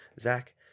Zach